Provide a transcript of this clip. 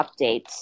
updates